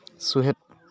ᱥᱚᱦᱮᱫ